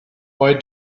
why